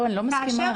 לא,